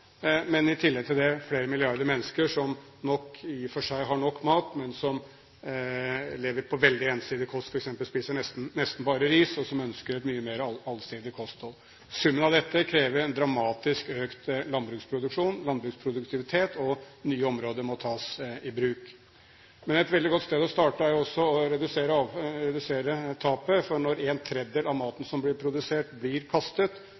men i tillegg til det, flere milliarder mennesker som i og for seg har nok mat, men som lever på veldig ensidig kost, f.eks. de som spiser nesten bare ris, og som ønsker et mye mer allsidig kosthold. Summen av dette krever en dramatisk økt landbruksproduksjon, landbruksproduktivitet, og nye områder må tas i bruk. Men et veldig godt sted å starte er å redusere tapet, for når en tredjedel av maten som blir produsert, blir kastet,